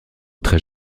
très